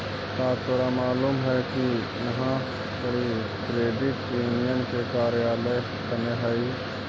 का तोरा मालूम है कि इहाँ पड़ी क्रेडिट यूनियन के कार्यालय कने हई?